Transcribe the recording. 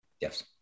Yes